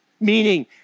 meaning